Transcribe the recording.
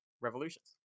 Revolutions